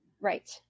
Right